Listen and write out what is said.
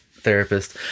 therapist